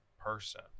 person